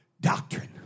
doctrine